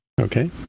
Okay